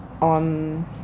on